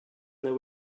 there